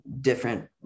different